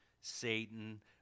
Satan